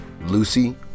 Lucy